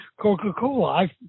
Coca-Cola